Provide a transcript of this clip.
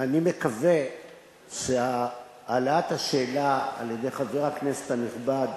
אני מקווה שהעלאת השאלה על-ידי חבר הכנסת הנכבד